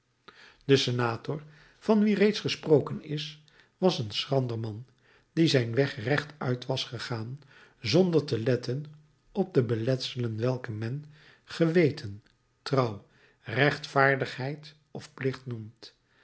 de senator van wien reeds gesproken is was een schrander man die zijn weg rechtuit was gegaan zonder te letten op de beletselen welke men geweten trouw rechtvaardigheid of plicht noemt